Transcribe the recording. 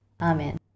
Amen